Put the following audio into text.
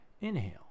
Inhale